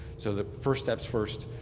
so the first steps first,